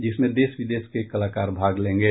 जिसमे देश विदेश के कलाकार भाग लेंगे